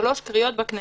שלוש קריאות בכנסת.